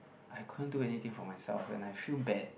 I couldn't do anything for myself and I feel bad